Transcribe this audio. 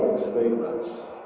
statements.